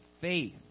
faith